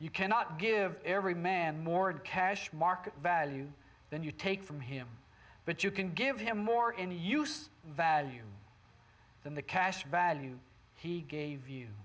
you cannot give every man more and cash market value than you take from him but you can give him or any use value than the cash value he gave you